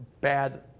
bad